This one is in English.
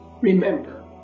remember